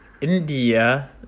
India